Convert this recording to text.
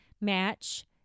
match